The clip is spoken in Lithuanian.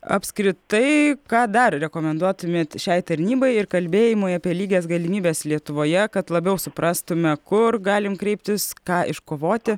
apskritai ką dar rekomenduotumėt šiai tarnybai ir kalbėjimui apie lygias galimybes lietuvoje kad labiau suprastume kur galim kreiptis ką iškovoti